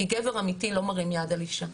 כי גבר אמיתי לא מרים יד על אישה.